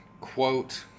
quote